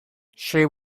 she